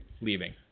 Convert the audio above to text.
leaving